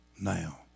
now